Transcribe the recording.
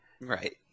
Right